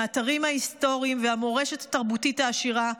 האתרים ההיסטוריים והמורשת התרבותית העשירה,